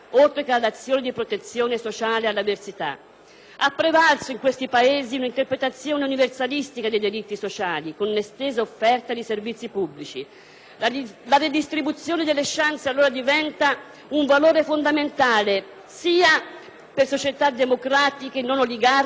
Ha prevalso in questi Paesi un'interpretazione universalistica dei diritti sociali con un'estesa offerta di servizi pubblici. La redistribuzione delle *chance* diventa allora sia un valore fondamentale per società democratiche, non oligarchiche, ma anche un fattore fondamentale di sviluppo.